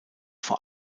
vor